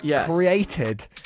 created